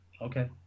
Okay